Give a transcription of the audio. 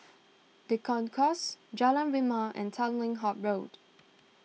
the Concourse Jalan Rimau and Tanglin Halt Road